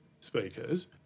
speakers